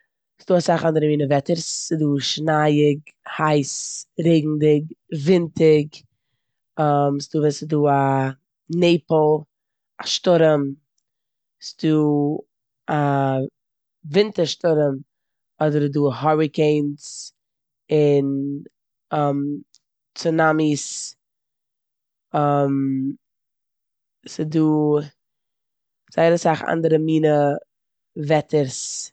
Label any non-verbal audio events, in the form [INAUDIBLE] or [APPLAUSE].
ס'דא אסאך אנדערע מינע וועטערס. ס'דא שנייאיג, הייס, רעגנדיג, ווינטיג, [HESITATION] ס'דא ווען ס'דא א נעפל, א שטורעם, ס'דא א ווינטער שטורעם, אדער איז דא האריקעינס, און [HESITATION] צונאמיס, [HESITATION] ס'דא זייער אסאך אנדערע מינע וועטערס.